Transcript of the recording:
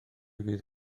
fydd